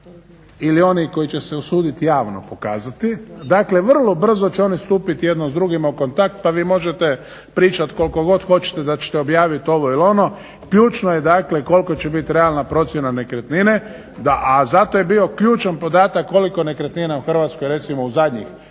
ili oni koji će se usudit javno pokazati. Dakle vrlo brzo će oni stupiti jedni s drugima u kontakt pa vi možete pričat koliko god hoćete da ćete objavit ovo ili ono, ključno je dakle koliko će bit realna procjena nekretnine, a zato je bio ključan podatak koliko nekretnina u Hrvatskoj recimo u zadnjih